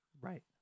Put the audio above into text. Right